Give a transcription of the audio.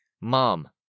Mom